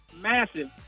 massive